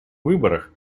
выборах